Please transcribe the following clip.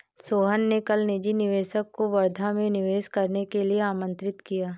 सोहन ने कल निजी निवेशक को वर्धा में निवेश करने के लिए आमंत्रित किया